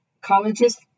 colleges